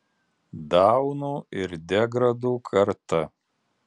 daunų ir degradų karta